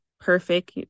perfect